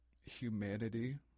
humanity